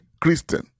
Christian